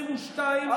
1922,